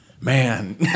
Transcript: man